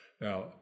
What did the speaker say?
Now